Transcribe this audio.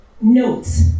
notes